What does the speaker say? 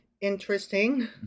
interesting